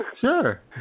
Sure